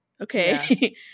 Okay